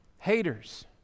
haters